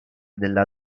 della